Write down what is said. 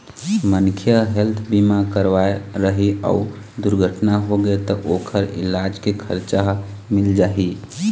मनखे ह हेल्थ बीमा करवाए रही अउ दुरघटना होगे त ओखर इलाज के खरचा ह मिल जाही